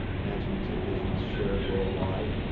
imaginative visions shared worldwide.